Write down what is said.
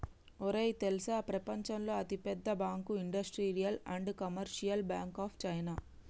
ఒరేయ్ తెల్సా ప్రపంచంలో అతి పెద్ద bank industrial and commercial bank of China